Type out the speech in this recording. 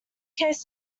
case